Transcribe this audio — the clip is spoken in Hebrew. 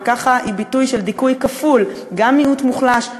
וככה היא ביטוי של דיכוי כפול: גם מיעוט מוחלש,